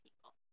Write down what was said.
people